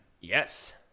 Yes